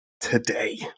today